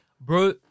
bro